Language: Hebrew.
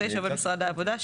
(9)עובד משרד העבודה,